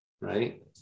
right